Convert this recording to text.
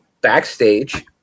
backstage